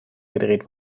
gedreht